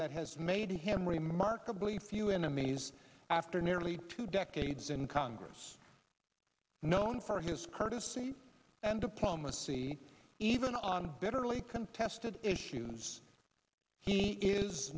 that has made him remarkably few enemies after nearly two decades in congress known for his courtesy and diplomacy even on a bitterly contested issues he is